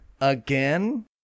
again